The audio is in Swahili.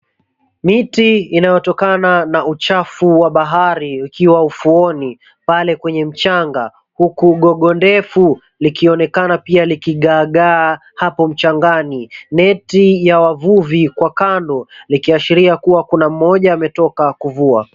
Miti inayotokana na uchafu wa bahari ukiwa ufuoni pale kwenye mchanga huku gogo ndefu likionekana pia likigaagaa hapo mchangani. Neti ya wavuvi kwa kando likiashiria kuwa kuna mmoja ametoka kuvua.